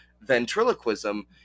ventriloquism